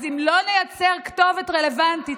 אז אם לא נייצר כתובת רלוונטית